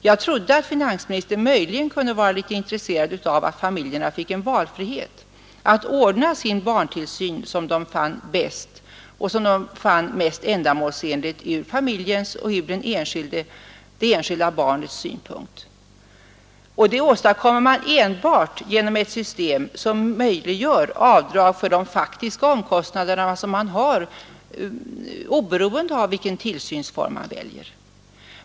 Jag trodde att finansministern möjligen kunde vara litet intresserad av att familjerna fick en valfrihet att ordna sin barntillsyn som de fann bäst och som de fann mest ändamålsenlig ur familjens och ur det enskilda barnets synpunkt. Och detta åstadkommes enbart genom ett system som möjliggör avdrag för de faktiska omkostnader som man har, oberoende av vilken tillsynsform man väljer.